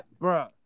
Bro